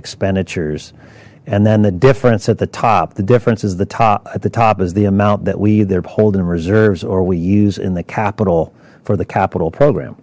expenditures and then the difference at the top the difference is the top at the top is the amount that we there hold and reserves or we use in the capital for the capital program